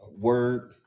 word